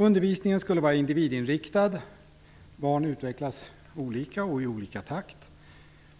Undervisningen skulle vara individinriktad - barn utvecklas olika och i olika takt.